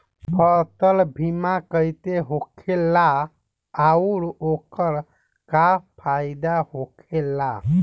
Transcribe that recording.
फसल बीमा कइसे होखेला आऊर ओकर का फाइदा होखेला?